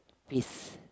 peace